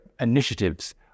initiatives